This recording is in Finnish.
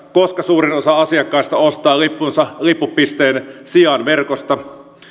koska suurin osa asiakkaista ostaa lippunsa lippupisteen sijaan verkosta